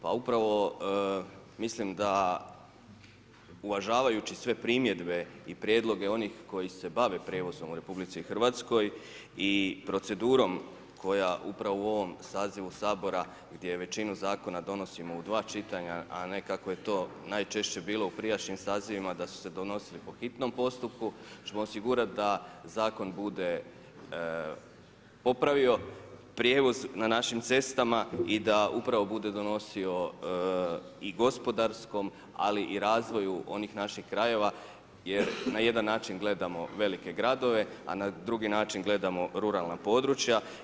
Pa upravo mislim da uvažavajući sve primjedbe i prijedloge onih koji se bave prijevozom u Republici Hrvatskoj i procedurom koja upravo u ovom sazivu Sabora gdje većinu zakona donosimo u dva čitanja, a ne kako je to najčešće bilo u prijašnjim sazivima da su se donosili po hitnom postupku, ćemo osigurati da zakon bude popravio prijevoz na našim cestama i da upravo bude donosio i gospodarskom, ali i razvoju onih naših krajeva jer na jedan način gledamo velike gradove, a na drugi način, gledamo ruralna područja.